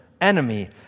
enemy